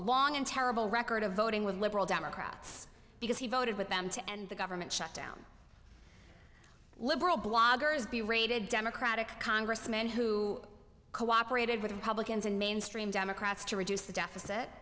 long and terrible record of voting with liberal democrats because he voted with them to end the government shutdown liberal bloggers be rated democratic congressman who cooperated with republicans and mainstream democrats to reduce the deficit